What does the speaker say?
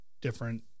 different